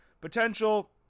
potential